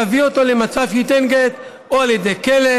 להביא אותו למצב שייתן גט או על ידי כלא